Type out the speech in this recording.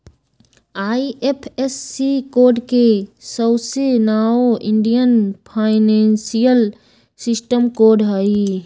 IFSC code के सऊसे नाओ इंडियन फाइनेंशियल सिस्टम कोड हई